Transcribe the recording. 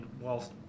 whilst